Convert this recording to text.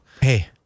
Hey